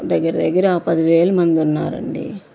దగ్గర దగ్గర ఒక పదివేలు మంది ఉన్నారు అండి